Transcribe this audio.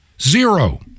Zero